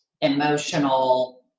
emotional